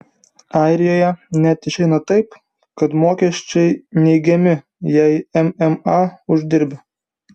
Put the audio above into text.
airijoje net išeina taip kad mokesčiai neigiami jei mma uždirbi